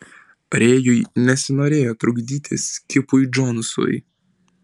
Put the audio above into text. rėjui nesinorėjo trukdyti skipui džonsui